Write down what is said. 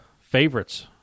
favorites